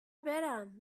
برم